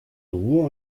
ruhr